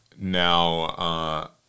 Now